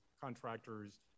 contractors